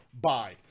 Bye